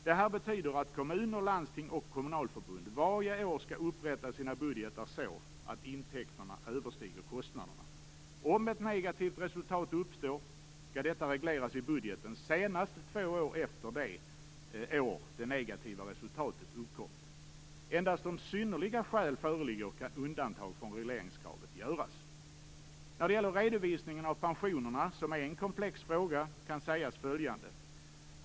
Det här betyder att kommuner, landsting och kommunalförbund varje år skall upprätta sina budgetar så att intäkterna överstiger kostnaderna. Om ett negativt resultat uppstår skall detta regleras i budgeten senast två år efter det år som det negativa resultatet uppkom. Endast om synnerliga skäl föreligger kan undantag från regleringskravet göras. När det gäller redovisningen av pensionerna, som är en komplex fråga, kan sägas följande.